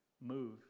move